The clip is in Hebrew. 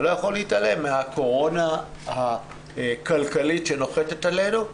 אני לא יכול להתעלם מהקורונה הכלכלית שנוחתת עלינו.